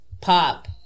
pop